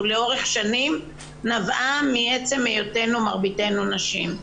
לאורך שנים נבעה מעצם היותנו מרביתנו נשים.